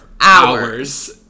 hours